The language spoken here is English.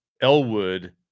Elwood